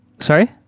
Sorry